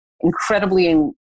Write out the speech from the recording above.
incredibly